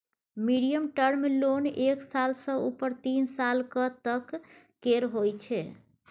medium term loan एक साल सँ उपर तीन सालक तक केर होइ छै